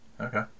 Okay